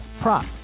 prop